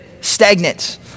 stagnant